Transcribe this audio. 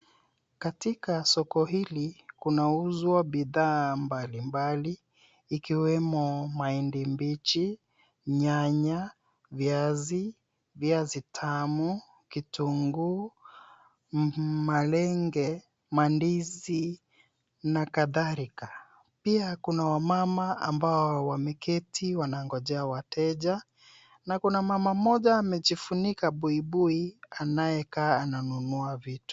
Katika soko hili, kunauzwa bidhaa mbalimbali, ikiwemo maindi mbichi, nyanya, viazi, viazi tamu, kitunguu, mmalenge, ndizi na kadharika. Pia kuna wamama ambao wameketi wanangojea wateja, na kuna mama mmoja amejifunika buibui anayekaa ananunua vitu.